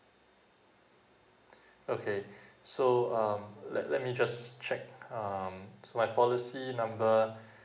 okay so um let let me just check um so my policy number